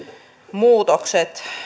muutokset